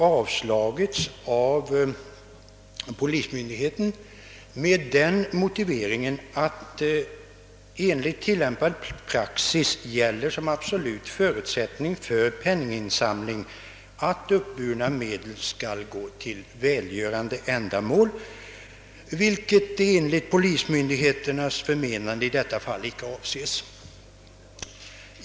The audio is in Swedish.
Avslaget hade den motiveringen att enligt till lämpad praxis som absolut förutsättning för penninginsamling gäller att uppburna medel skall gå till välgörande ändamål, vilket enligt polismyndighetens förmenande icke var förhållandet i detta fall.